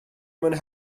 mewn